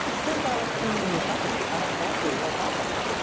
since i have seen them in your company i have naturally more confidence,